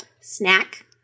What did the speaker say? snack